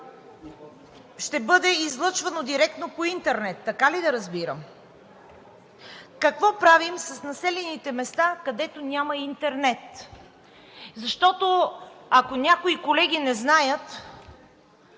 Ще бъде излъчвано директно по интернет, така ли да разбирам? Какво правим с населените места, където няма интернет? Защото, ако някои колеги не знаят,